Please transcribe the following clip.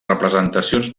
representacions